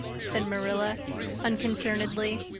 said marilla unconcernedly.